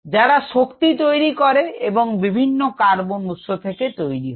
যারা শক্তি তৈরি করে এবং বিভিন্ন কার্বন উৎস থেকে তৈরি হয়